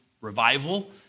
revival